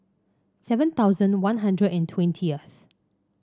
seven thousand One Hundred and twentyth